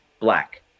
black